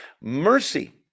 Mercy